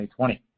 2020